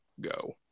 go